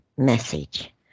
message